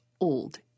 Old